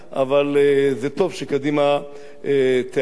זה טוב שקדימה תיעלם,